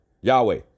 Yahweh